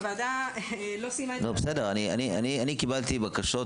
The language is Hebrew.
הוועדה לא סיימה -- אני קיבלתי בקשות